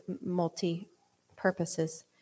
multi-purposes